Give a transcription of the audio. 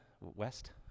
west